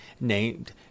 named